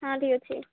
ହଁ ଠିକ୍ ଅଛି